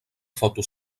foto